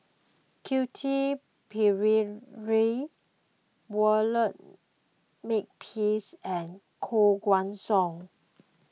Quentin Pereira Walter Makepeace and Koh Guan Song